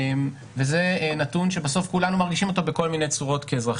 וזה נתון שבסוף כולנו מרגישים אותו בכל מיני צורות כאזרחים.